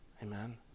Amen